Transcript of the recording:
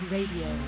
Radio